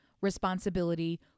responsibility